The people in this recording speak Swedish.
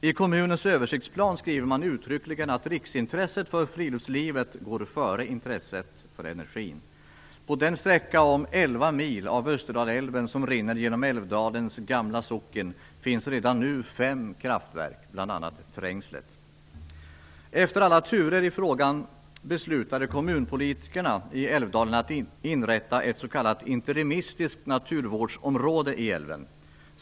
I kommunens översiktsplan skriver man uttryckligen att riksintresset för friluftslivet går före intresset för energin. På en sträcka av elva mil av den del av Österdalälven som rinner genom Älvdalens gamla socken finns redan nu fem kraftverk, bl.a. Trängslet. Efter alla turer i frågan beslutade kommunpolitikerna i Älvdalen att inrätta ett s.k. interimistiskt naturvårdsområde i älven.